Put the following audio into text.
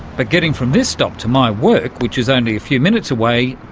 but getting from this stop to my work, which is only a few minutes away,